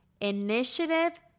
Initiative